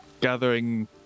gathering